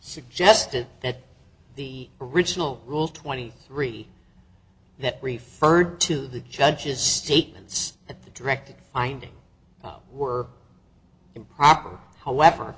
suggested that the original rule twenty three that referred to the judge's statements at the direct find were improper however